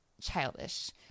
childish